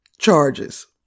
charges